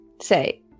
say